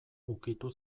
ukitu